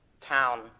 town